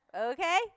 Okay